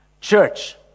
Church